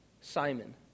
Simon